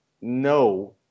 no